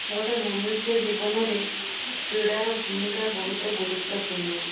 ଗୋଟେ ମନୁଷ୍ୟ ଜୀବନରେ କ୍ରୀଡ଼ାର ଭୂମିକା ବହୁତ ଗୁରୁତ୍ୱପୂର୍ଣ୍ଣ